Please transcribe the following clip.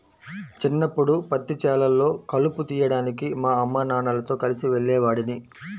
చిన్నప్పడు పత్తి చేలల్లో కలుపు తీయడానికి మా అమ్మానాన్నలతో కలిసి వెళ్ళేవాడిని